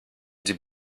die